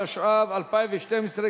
התשע"ב 2012,